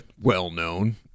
well-known